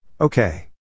Okay